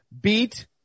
beat